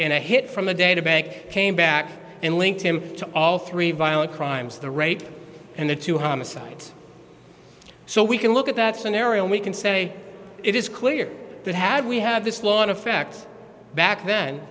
a hit from the data bank came back and linked him to all three violent crimes the rape and the two homicides so we can look at that scenario and we can say it is clear that had we had this law in effect back then